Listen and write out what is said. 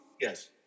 Yes